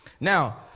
Now